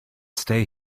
stay